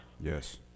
yes